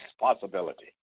possibility